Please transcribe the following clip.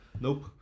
Nope